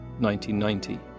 1990